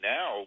Now